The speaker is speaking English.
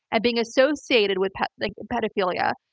and being associated with like pedophilia,